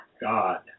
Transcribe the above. God